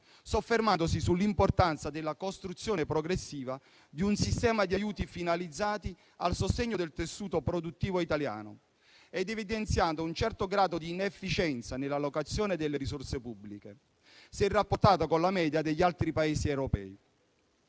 soffermandosi sull'importanza della costruzione progressiva di un sistema di aiuti finalizzati al sostegno del tessuto produttivo italiano ed evidenziando un certo grado di inefficienza nella allocazione delle risorse pubbliche, se rapportata con la media degli altri Paesi europei,